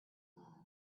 love